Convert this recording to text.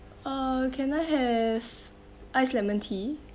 uh can I have ice lemon tea